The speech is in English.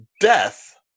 Death